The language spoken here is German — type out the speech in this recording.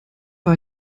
war